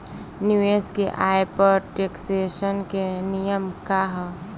निवेश के आय पर टेक्सेशन के नियम का ह?